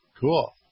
Cool